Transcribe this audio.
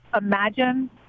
imagine